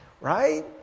right